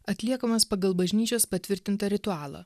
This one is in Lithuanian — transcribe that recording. atliekamas pagal bažnyčios patvirtintą ritualą